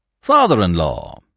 Father-in-law